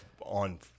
on—